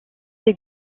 ces